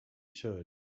church